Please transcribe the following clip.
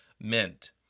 meant